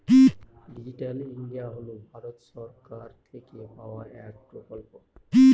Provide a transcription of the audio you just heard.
digital India হল ভারত সরকার থেকে পাওয়া এক প্রকল্প